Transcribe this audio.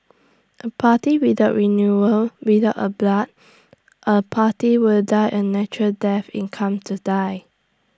A party without renewal without A blood A party will die A natural death in come to die